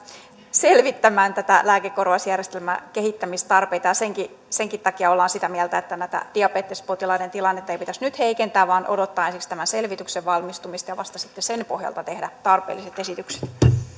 selvittämään lääkekorvausjärjestelmän kehittämistarpeita ja senkin senkin takia ollaan sitä mieltä että näiden diabetespotilaiden tilannetta ei pitäisi nyt heikentää vaan odottaa ensiksi tämän selvityksen valmistumista ja vasta sitten sen pohjalta tehdä tarpeelliset esitykset